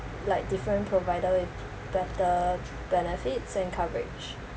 like different provider with better benefits and coverage